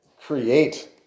create